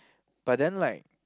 but then like